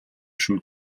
шүү